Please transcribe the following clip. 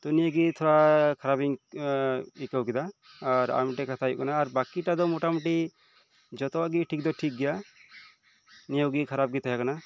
ᱛᱚ ᱱᱤᱭᱟᱹᱜᱮ ᱛᱷᱚᱲᱟ ᱠᱷᱨᱟᱯ ᱤᱧ ᱟᱹᱭᱠᱟᱹᱣ ᱠᱮᱫᱟ ᱟᱨ ᱢᱤᱫ ᱴᱮᱱ ᱠᱟᱛᱷᱟ ᱦᱳᱭᱳᱜ ᱠᱟᱱᱟ ᱟᱨ ᱵᱟᱠᱤᱴᱟ ᱫᱚ ᱢᱚᱴᱟ ᱢᱩᱴᱤ ᱡᱷᱚᱛᱚᱣᱟᱜ ᱜᱮ ᱴᱷᱤᱠ ᱫᱚ ᱴᱷᱤᱠ ᱜᱮᱭᱟ ᱱᱤᱭᱟᱹ ᱠᱚᱜᱮ ᱠᱷᱟᱨᱟᱯ ᱜᱮ ᱛᱟᱦᱮᱸ ᱠᱟᱱᱟ